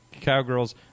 Cowgirls